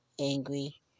angry